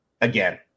again